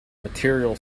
material